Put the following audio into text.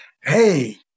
Hey